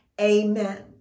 amen